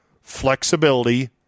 flexibility